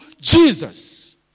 Jesus